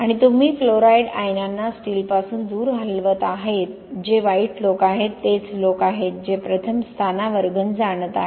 आणि तुम्ही क्लोराईड आयनांना स्टीलपासून दूर हलवत आहात जे वाईट लोक आहेत तेच लोक आहेत जे प्रथम स्थानावर गंज आणत आहेत